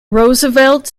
roosevelt